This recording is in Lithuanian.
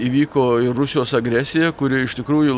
įvyko ir rusijos agresija kuri iš tikrųjų